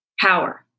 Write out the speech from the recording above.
power